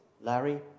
Larry